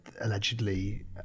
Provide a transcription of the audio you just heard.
allegedly